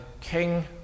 king